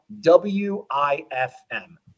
w-i-f-m